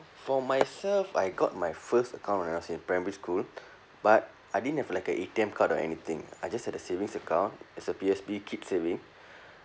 for myself I got my first account when I was in primary school but I didn't have like a A_T_M card or anything I just had a savings account as a P_O_S_B kid saving